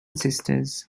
sisters